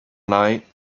night